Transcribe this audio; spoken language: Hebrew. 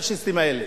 לפאשיסטים האלה.